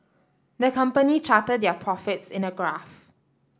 the company charted their profits in a graph